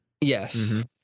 Yes